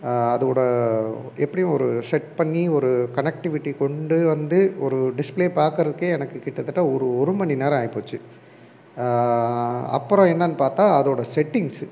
அதோடய எப்படியும் ஒரு செட் பண்ணி ஒரு கனெக்ட்டிவிட்டி கொண்டு வந்து ஒரு டிஸ்ப்ளே பார்க்குறதுக்கே எனக்கு கிட்டத்தட்ட ஒரு ஒரு மணி நேரம் ஆயிப்போச்சி அப்புறம் என்னன்னு பார்த்தா அதோடய செட்டிங்ஸு